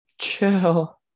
Chill